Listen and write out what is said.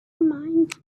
mind